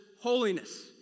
holiness